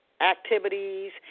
Activities